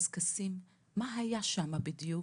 קשקשים, מה שם בדיוק.